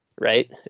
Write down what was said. right